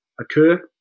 occur